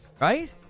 right